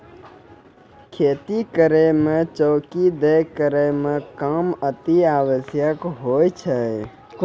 खेती करै म चौकी दै केरो काम अतिआवश्यक होय छै